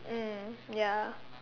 mm ya